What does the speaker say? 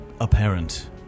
apparent